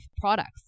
products